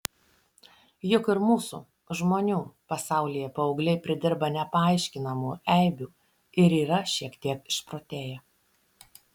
juk ir mūsų žmonių pasaulyje paaugliai pridirba nepaaiškinamų eibių ir yra šiek tiek išprotėję